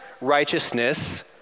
righteousness